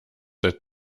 seit